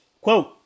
quote